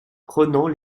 prenant